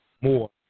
more